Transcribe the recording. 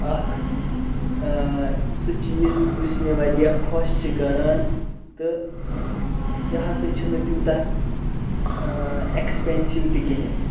اکھ سُہ چیٖز یُس مےٚ واریاہ خۄش چھُ کَران تہٕ یہِ ہَساے چھُ نہٕ تیوتاہ ایٚکٕسپیٚنسِو تہِ کِہِیٖنۍ